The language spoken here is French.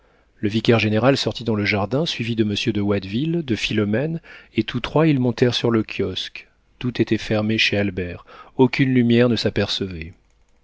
le vicaire-général sortit dans le jardin suivi de monsieur de watteville de philomène et tous trois ils montèrent sur le kiosque tout était fermé chez albert aucune lumière ne s'apercevait